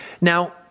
Now